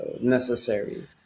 necessary